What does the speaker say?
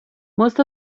most